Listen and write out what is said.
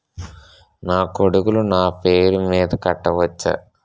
నా కొడుకులు నా పేరి మీద కట్ట వచ్చా?